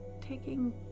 taking